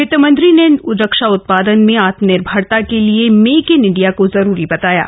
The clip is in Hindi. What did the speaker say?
वित मंत्री ने रक्षा उत्पादन में आत्मनिर्भरता के लिए मेक इन इंडिया को जरूरी बताया है